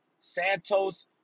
Santos